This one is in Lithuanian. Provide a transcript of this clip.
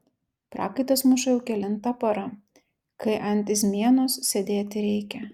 prakaitas muša jau kelinta para kai ant izmienos sėdėti reikia